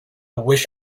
wish